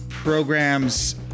Programs